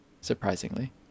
surprisingly